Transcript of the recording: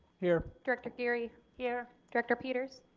here. director geary. here. director peters.